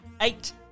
eight